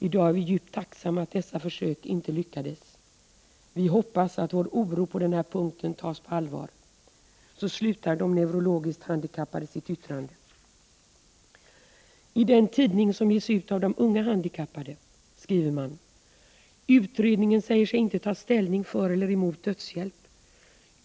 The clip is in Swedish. I dag är vi djupt tacksamma att dessa försök inte lyckades.” De neurologiskt handikappades yttrande slutar med orden: ”Vi hoppas att vår oro på den här punkten tas på allvar.” I den tidning som ges ut av de unga handikappade skriver man: ”Utredningen säger sig inte ta ställning för eller emot dödshjälp.